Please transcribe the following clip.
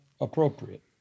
appropriate